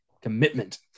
Commitment